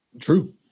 True